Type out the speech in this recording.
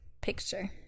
picture